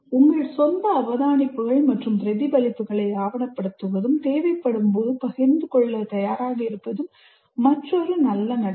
உங்கள் சொந்த அவதானிப்புகள் மற்றும் பிரதிபலிப்புகளை ஆவணப்படுத்துவதும் தேவைப்படும்போது பகிர்ந்து கொள்ள தயாராக இருப்பதும் மற்றொரு நல்ல நடைமுறை